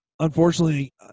unfortunately